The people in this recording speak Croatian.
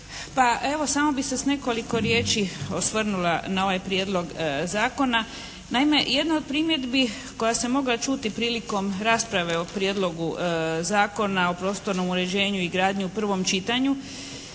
Pa evo samo bih se s nekoliko riječi osvrnula na ovaj prijedlog zakona. Naime jedna od primjedbi koja se mogla čuti prilikom rasprave o Prijedlogu zakona o prostornom uređenju i gradnji u prvom čitanju